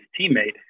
teammate